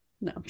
No